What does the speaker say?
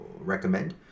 recommend